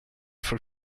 for